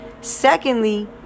secondly